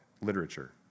literature